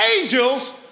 angels